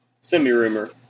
semi-rumor